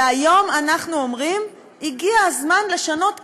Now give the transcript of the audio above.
והיום אנחנו אומרים שהגיע הזמן לשנות כיוון,